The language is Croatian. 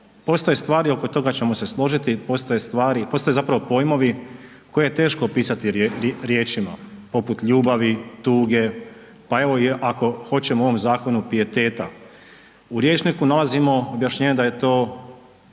postoje stvari oko toga ćemo se složiti, postoje stvari, postoje zapravo pojmovi koje je teško opisati riječima poput ljubavi, tuge, pa evo ako hoćemo o ovom zakonu pijeteta. U rječniku nalazimo objašnjenje da je to